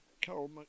Carol